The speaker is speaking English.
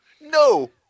No